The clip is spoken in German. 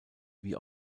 wie